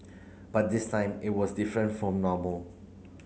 but this time it was different from normal